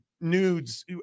nudes